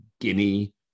Guinea